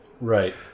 right